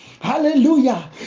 Hallelujah